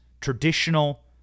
traditional